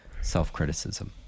self-criticism